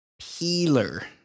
peeler